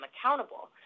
accountable